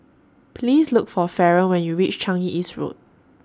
Please Look For Faron when YOU REACH Changi East Road